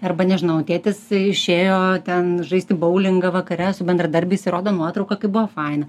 arba nežinau tėtis išėjo ten žaisti boulingą vakare su bendradarbiais ir rodo nuotrauką kaip buvo faina